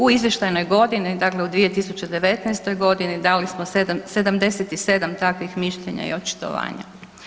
U izvještajnoj godini, dakle u 2019. g. dali smo 77 takvih mišljenja i očitovanja.